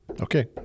Okay